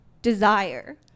desire